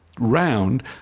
round